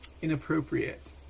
inappropriate